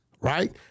Right